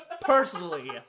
Personally